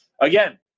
again